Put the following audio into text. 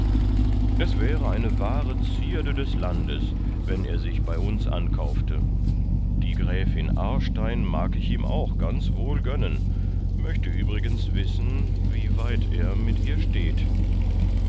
er wäre eine wahre zierde des landes wenn er sich bei uns ankaufte die gräfin aarstein mag ich ihm auch ganz wohl gönnen möchte übrigens wissen wie weit er mit ihr steht ida